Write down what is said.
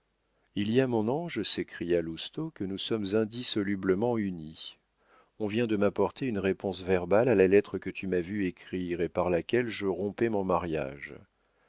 il y a mon ange s'écria lousteau que nous sommes indissolublement unis on vient de m'apporter une réponse verbale à la lettre que tu m'as vu écrire et par laquelle je rompais mon mariage